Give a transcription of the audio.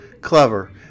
Clever